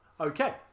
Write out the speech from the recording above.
Okay